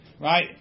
Right